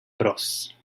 bros